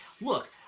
Look